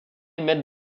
maitre